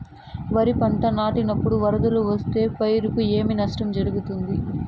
వరిపంట నాటినపుడు వరదలు వస్తే పైరుకు ఏమి నష్టం జరుగుతుంది?